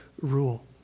rule